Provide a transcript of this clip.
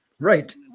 Right